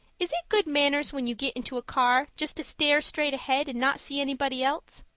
is it good manners when you get into a car just to stare straight ahead and not see anybody else?